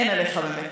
אין עליך באמת.